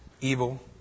evil